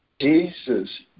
Jesus